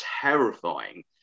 terrifying